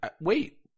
wait